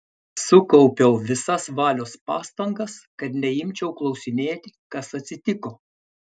sukaupiau visas valios pastangas kad neimčiau klausinėti kas atsitiko